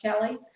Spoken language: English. Kelly